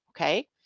okay